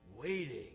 Waiting